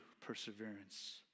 perseverance